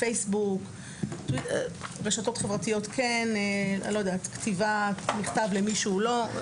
פייסבוק, רשתות חברתיות כן, כתיבת מכתב למישהו לא?